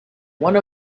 one